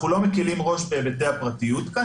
אנחנו לא מקלים ראש בהיבטי הפרטיות כאן,